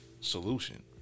solution